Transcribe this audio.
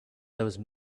those